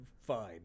fine